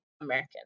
american